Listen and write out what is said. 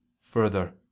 further